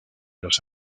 los